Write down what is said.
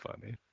funny